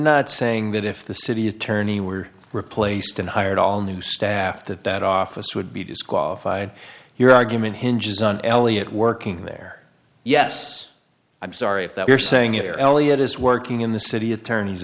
not saying that if the city attorney were replaced and hired all new staff that that office would be disqualified your argument hinges on eliot working there yes i'm sorry if that you're saying if you're eliot is working in the city attorney's